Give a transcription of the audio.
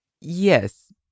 Yes